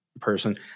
person